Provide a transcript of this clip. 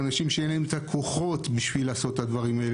אין להם הכוחות לעשות את הדברים.